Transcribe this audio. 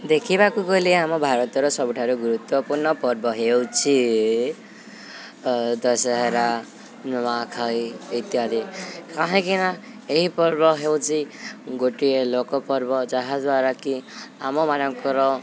ଦେଖିବାକୁ ଗଲେ ଆମ ଭାରତର ସବୁଠାରୁ ଗୁରୁତ୍ୱପୂର୍ଣ୍ଣ ପର୍ବ ହେଉଛି ଦଶହରା ନୂଆଖାଇ ଇତ୍ୟାଦି କାହିଁକିନା ଏହି ପର୍ବ ହେଉଚି ଗୋଟିଏ ଲୋକପର୍ବ ଯାହାଦ୍ୱାରା କିି ଆମମାନଙ୍କର